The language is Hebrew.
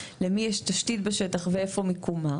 למי יש תשתית בשטח ואיפה מיקומה.